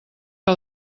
que